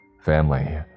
Family